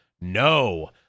No